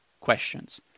questions